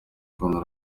kuri